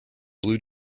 blue